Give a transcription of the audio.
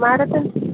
മാഡത്തിന്